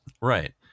Right